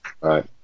Right